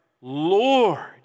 Lord